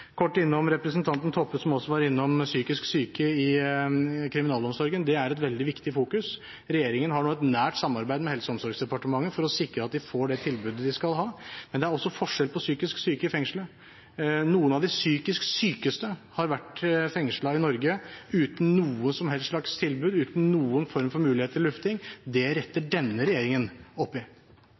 også var innom psykisk syke i kriminalomsorgen: Det er et veldig viktig fokus. Regjeringen har nå et nært samarbeid med Helse- og omsorgsdepartementet for å sikre at de får det tilbudet de skal ha. Men det er også forskjell på psykisk syke i fengslene. Noen av de psykisk sykeste har vært fengslet i Norge uten noe som helst slags tilbud, uten noen form for mulighet til lufting. Det retter denne regjeringen opp i.